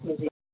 جی